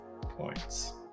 points